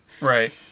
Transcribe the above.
Right